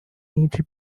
egypt